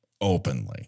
Openly